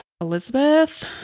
Elizabeth